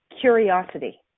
curiosity